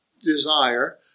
desire